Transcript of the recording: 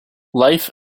life